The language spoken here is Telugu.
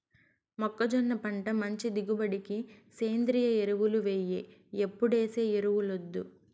మొక్కజొన్న పంట మంచి దిగుబడికి సేంద్రియ ఎరువులు ఎయ్యి ఎప్పుడేసే ఎరువులొద్దు